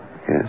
Yes